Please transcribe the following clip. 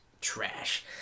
trash